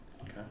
Okay